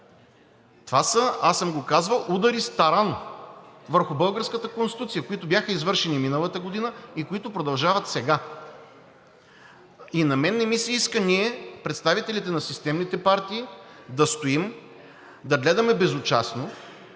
Това са, аз съм го казвал, удари с таран върху българската Конституция, които бяха извършени миналата година и които продължават сега. На мен не ми се иска ние – представителите на системните партии, да стоим, да гледаме безучастно,